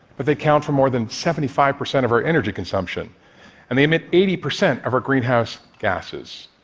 but they account for more than seventy five percent of our energy consumption and they emit eighty percent of our greenhouse gases.